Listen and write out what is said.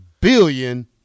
billion